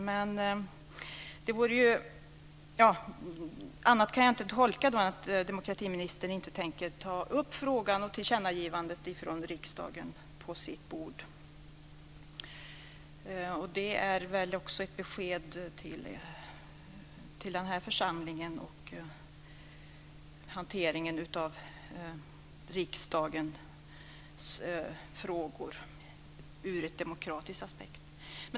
Jag kan inte tolka detta på annat sätt än att demokratiministern inte tänker ta upp frågan och tillkännagivandet från riksdagen på sitt bord. Det är också ett besked till denna församling när det gäller hanteringen av riksdagens frågor ur en demokratisk aspekt.